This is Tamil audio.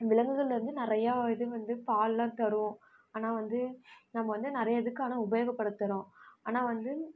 விலங்குகள்லேருந்து நிறையா இது வந்து பால்லாம் தரும் ஆனால் வந்து நம்ம வந்து நிறையா இதுக்கு ஆனால் உபயோகப்படுத்துகிறோம் ஆனால் வந்து